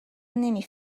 نمی